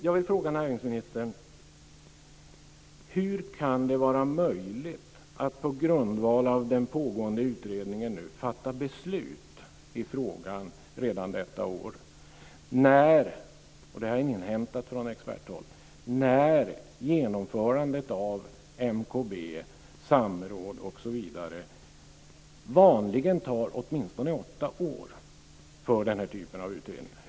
Jag vill fråga näringsministern hur det kan vara möjligt att på grundval av den pågående utredningen fatta beslut i frågan redan detta år när - och det har jag inhämtat från experthåll - genomförandet av MKB, samråd osv., vanligen tar åtminstone åtta år för den typen av utredningar.